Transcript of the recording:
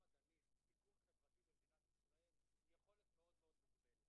הדלים תיקון חברתי במדינת ישראל מוגבלת מאוד.